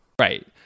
right